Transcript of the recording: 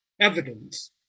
evidence